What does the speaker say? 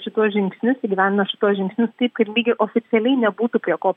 šituos žingsnius įgyvendino šituos žingsnius taip kad lyg ir oficialiai nebūtų prie ko